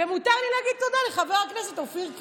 ומותר לי להגיד תודה לחבר הכנסת אופיר כץ.